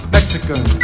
Mexican